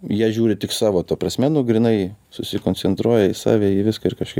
jie žiūri tik savo ta prasme nu grynai susikoncentruoja į save į viską ir kažkaip